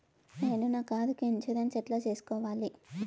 నేను నా కారుకు ఇన్సూరెన్సు ఎట్లా సేసుకోవాలి